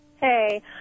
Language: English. Hey